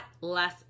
less